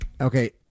Okay